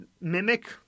mimic